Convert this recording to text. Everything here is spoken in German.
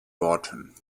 worten